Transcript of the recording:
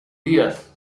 días